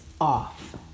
off